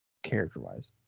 Character-wise